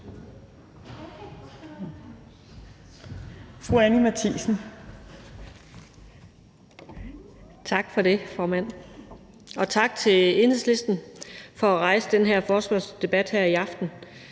Tak for det, formand, og tak til Enhedslisten for at rejse den her forespørgselsdebat her i aften.